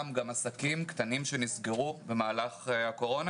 גם עסקים קטנים שנסגרו במהלך הקורונה?